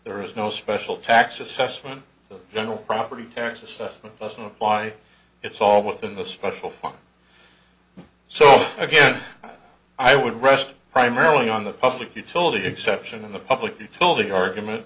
there is no special tax assessment general property tax assessment doesn't apply it's all within the special fund so again i would rest primarily on the public utility exception in the public utility argument